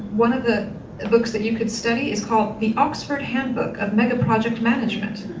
one of the books that you can study is called the oxford handbook of megaproject management.